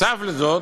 נוסף על זאת,